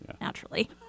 naturally